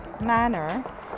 manner